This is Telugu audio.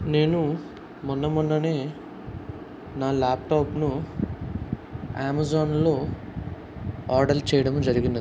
నేను మొన్న మొన్ననే నా ల్యాప్టాప్ను అమెజాన్లో ఆర్డర్ చేయడం జరిగింది